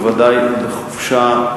בוודאי בחופשה,